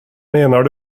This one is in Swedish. menar